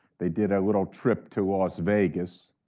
they did a little trip to las vegas.